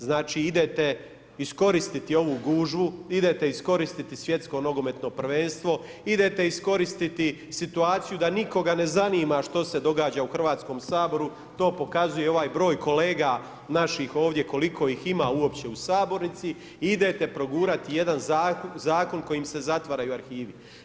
Znači, idete iskoristiti ovu gužvu, idete iskoristiti svjetsko nogometno prvenstvo, idete iskoristiti situaciju da nikoga ne zanima što se događa u Hrvatskom saboru, to pokazuje ovaj broj kolega naših ovdje koliko ih ima uopće u sabornici i idete progurati jedan Zakon kojim se zatvaraju arhivi.